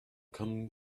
come